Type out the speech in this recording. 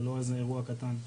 זה לא איזה אירוע קטן.